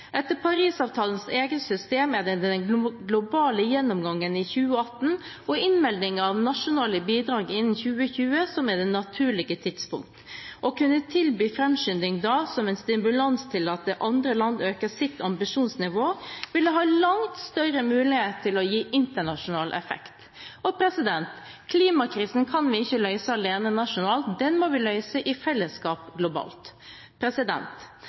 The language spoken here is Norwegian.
Etter Paris-avtalens eget system er det den globale gjennomgangen i 2018 og innmeldingen av nasjonale bidrag innen 2020 som er det naturlige tidspunktet. Å kunne tilby framskynding da, som en stimulans til at andre land øker sitt ambisjonsnivå, ville ha langt større mulighet til å gi internasjonal effekt. Klimakrisen kan vi ikke løse alene, nasjonalt, den må vi løse i fellesskap, globalt.